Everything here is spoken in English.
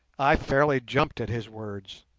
i fairly jumped at his words.